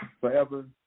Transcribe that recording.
forever